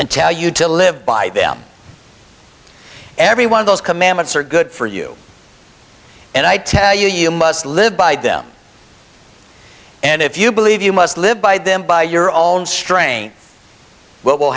and tell you to live by them every one of those commandments are good for you and i tell you you must live by them and if you believe you must live by them by your own straying what will